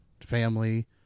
family